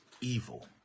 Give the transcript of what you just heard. evil